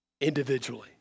individually